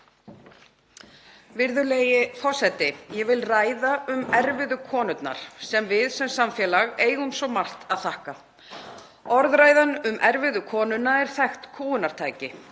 Virðulegi forseti. Ég vil ræða um erfiðu konurnar sem við sem samfélag eigum svo margt að þakka. Orðræðan um erfiðu konuna er þekkt kúgunartæki;